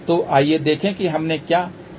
तो आइए देखें कि हमने क्या सरल समस्या ली है